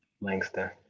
Langston